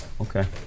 Okay